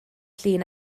llun